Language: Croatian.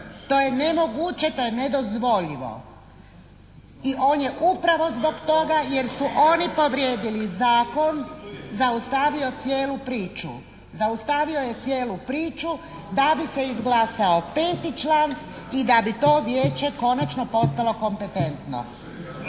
To je nemoguće, to je nedozvoljivo. I on je upravo zbog toga jer su oni povrijedili zakon zaustavio cijelu priču. Zaustavio je cijelu priču da bi se izglasao 5. član i da bi to Vijeće konačno postalo kompetentno.